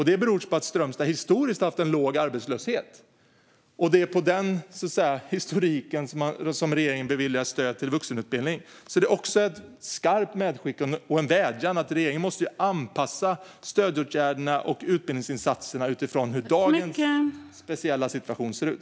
Detta beror på att Strömstad historiskt haft en låg arbetslöshet, och det är på den historiken som regeringen beviljar stöd till vuxenutbildningen. Detta är ett skarpt medskick och en vädjan: Regeringen måste anpassa stödåtgärderna och utbildningsinsatserna utifrån hur dagens speciella situation ser ut.